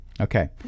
Okay